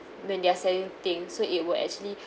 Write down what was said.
when they're selling thing so it will actually